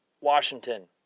Washington